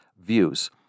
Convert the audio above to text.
views